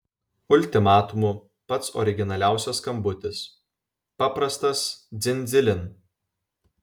ultimatumu pats originaliausias skambutis paprastas dzin dzilin